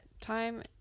time